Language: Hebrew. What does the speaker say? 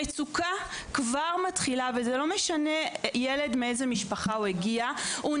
המצוקה הזאת מתחילה כבר שם וזה לא משנה מאיזו משפחה הגיעה הילד,